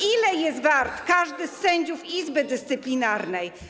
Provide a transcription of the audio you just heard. Ile jest wart każdy z sędziów Izby Dyscyplinarnej?